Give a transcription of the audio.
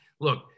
Look